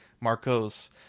Marcos